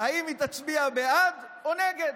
אם היא תצביע בעד או נגד.